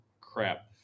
crap